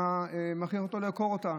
ואתה מכריח אותו לעקור אותה,